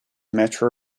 metra